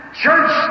church